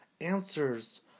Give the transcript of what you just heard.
answers